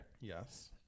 Yes